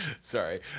sorry